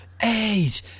eight